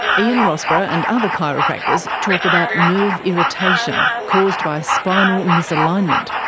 ian rossborough and other chiropractors talk about nerve irritation caused by spinal misalignment,